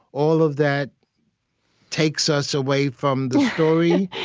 all of that takes us away from the story,